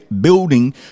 building